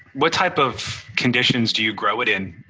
what type of conditions do you grow it in?